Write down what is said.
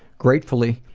gratefully,